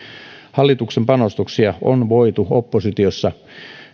hallituksen panostuksia on voitu oppositiossa